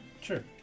Sure